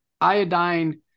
iodine